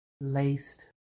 laced